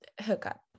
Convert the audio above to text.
hookup